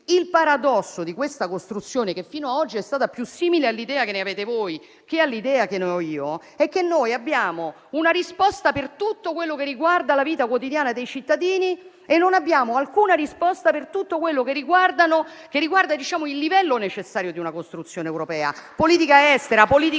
Il paradosso di questa costruzione, che fino a oggi è stata più simile all'idea che avete voi che all'idea che ho io, è che abbiamo una risposta per tutto quello che riguarda la vita quotidiana dei cittadini e nessuna risposta per tutto quello che riguarda il livello necessario di una costruzione europea: politica estera, politica